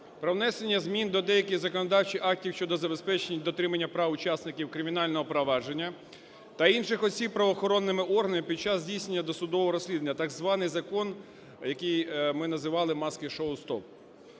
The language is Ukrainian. "Про внесення змін до деяких законодавчих актів щодо забезпечення дотримання прав учасників кримінального провадження та інших осіб правоохоронними органами під час здійснення досудового розслідування" (так званий закон, який ми називали "Маски-шоу стоп")